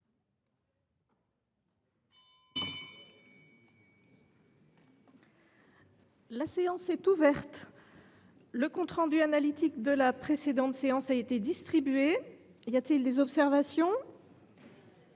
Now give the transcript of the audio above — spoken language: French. La séance est ouverte. Le compte rendu analytique de la précédente séance a été distribué. Il n’y a pas d’observation ?…